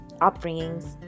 upbringings